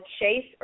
chase